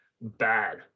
bad